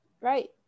right